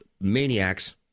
maniacs